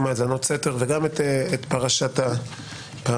מהאזנות סתר וגם את פרשת הפגסוס,